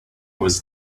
was